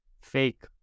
fake